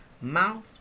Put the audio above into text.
mouth